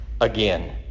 again